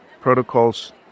protocols